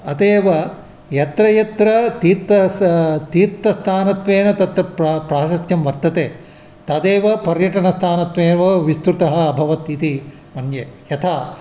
अतः एव यत्र यत्र तीर्त स तीर्थस्थानत्वेन तत्र प्र प्राशस्त्यं वर्तते तदेव पर्यटनस्थानत्वेन विस्तृतः अभवत् इति मन्ये यथा